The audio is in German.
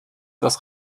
das